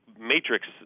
Matrix